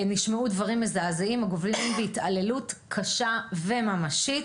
נשמעו דברים מזעזעים הגובלים בהתעללות קשה וממשית,